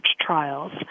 trials